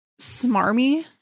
smarmy